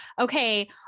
okay